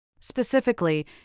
Specifically